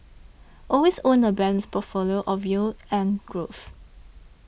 always own a balanced portfolio of yield and growth